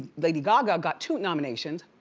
lady gaga got two nominations.